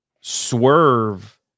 Swerve